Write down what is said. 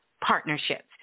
partnerships